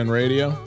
radio